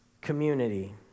community